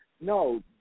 No